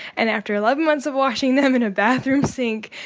and after eleven months of washing them in a bathroom sink,